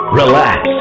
relax